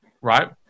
Right